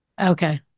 Okay